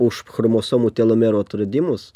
už chromosomų telomerų atradimus